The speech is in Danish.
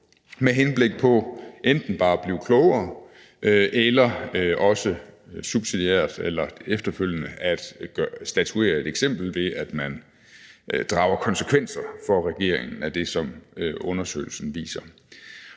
med henblik på enten bare at blive klogere eller også subsidiært eller efterfølgende at statuere et eksempel, ved at man drager konsekvenser for regeringen af det, som undersøgelsen viser,